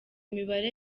mibare